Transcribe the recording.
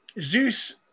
Zeus